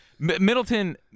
Middleton